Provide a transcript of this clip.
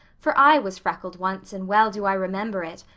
for i was freckled once and well do i remember it.